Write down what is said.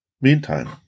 Meantime